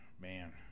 Man